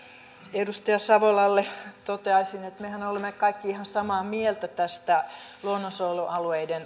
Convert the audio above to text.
edustaja savolalle toteaisin että mehän olemme kaikki ihan samaa mieltä tästä luonnonsuojelualueiden